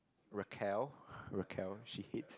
Raquel ppo Raquel she hates